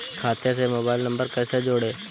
खाते से mobile number कैसे जोड़ें?